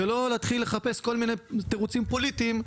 ולא להתחיל לחפש כל מיני תירוצים פוליטיים.